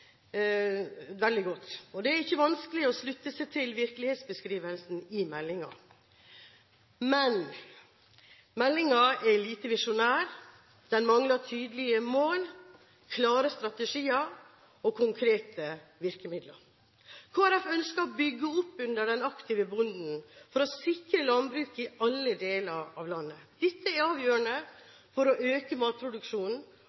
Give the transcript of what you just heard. veldig godt, og det er ikke vanskelig å slutte seg til virkelighetsbeskrivelsen i meldingen. Men meldingen er lite visjonær, den mangler tydelige mål, klare strategier og konkrete virkemidler. Kristelig Folkeparti ønsker å bygge opp under den aktive bonden for å sikre landbruket i alle deler av landet. Dette er